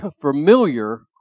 familiar